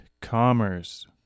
Commerce